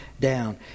down